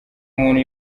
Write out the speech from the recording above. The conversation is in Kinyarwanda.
umuntu